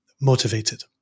motivated